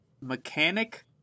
mechanic